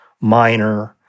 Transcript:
minor